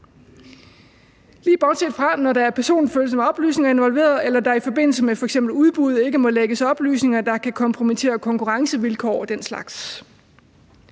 lige bortset fra, når der er personfølsomme oplysninger involveret eller der i forbindelse med f.eks. udbud ikke må lækkes oplysninger, der kan kompromittere konkurrencevilkår og den slags.